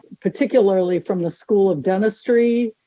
particularly from the school of dentistry,